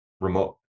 remote